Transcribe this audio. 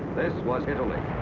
was italy.